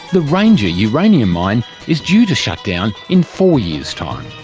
the ranger uranium mine is due to shut down in four years' time.